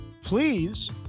please